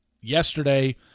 yesterday